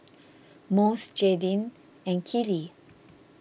Mose Jadyn and Keely